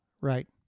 Right